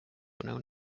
known